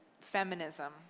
feminism